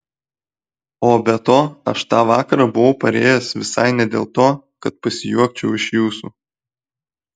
o be to aš tą vakarą buvau parėjęs visai ne dėl to kad pasijuokčiau iš jūsų